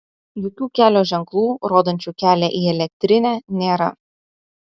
jokių kelio ženklų rodančių kelią į elektrinę nėra